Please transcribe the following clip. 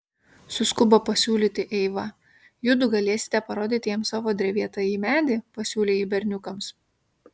suskubo pasiūlyti eiva judu galėsite parodyti jam savo drevėtąjį medį pasiūlė ji berniukams